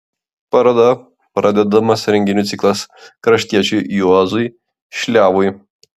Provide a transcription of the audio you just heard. paroda pradedamas renginių ciklas kraštiečiui juozui šliavui